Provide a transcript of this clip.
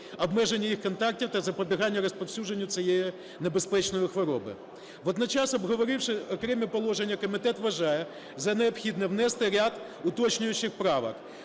обмеження їх контактів та запобігання розповсюдженню цієї небезпечної хвороби. Водночас, обговоривши окремі положення, комітет вважає за необхідне внести ряд уточнюючих правок: